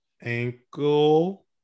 ankle